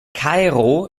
kairo